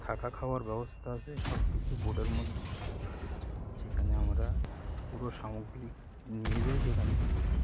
থাকা খাওয়ার ব্যবস্থা আছে সব কিছু বোটের মধ্যে সেখানে আমরা পুরো সামগ্রী নিয়ে যাই সেখানে